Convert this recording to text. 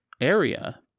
area